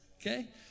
Okay